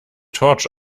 torch